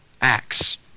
acts